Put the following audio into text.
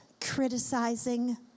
criticizing